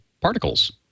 particles